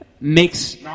Makes